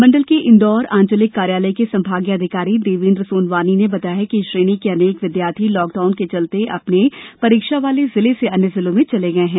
मंडल के इंदौर आंचलिक कार्यालय के संभागीय अधिकारी देवेन्द्र सोनवानी ने बताया कि इस श्रेणी के अनेक विद्यार्थी लॉकडाउन के चलते अपने परीक्षा वाले जिले से अन्य जिले में चले गए हैं